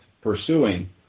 pursuing